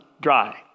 dry